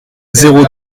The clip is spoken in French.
zéro